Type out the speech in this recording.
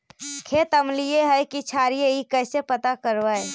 खेत अमलिए है कि क्षारिए इ कैसे पता करबै?